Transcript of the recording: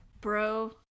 Bro